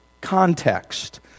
context